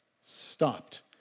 Stopped